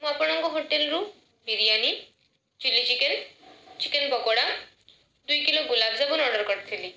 ମୁଁ ଆପଣଙ୍କ ହୋଟଲ୍ରୁ biryani chilli chicken chicken pakora ଦୁଇ କିଲୋ ଗୁଲାପ ଜାମୁନ୍ ଅର୍ଡ଼ର୍ କରିଥିଲି